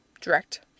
direct